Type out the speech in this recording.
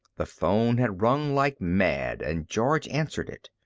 the phone had rung like mad and george answered it.